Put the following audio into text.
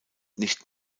nicht